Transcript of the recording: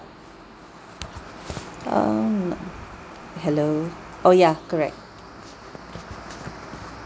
um hello oh ya correct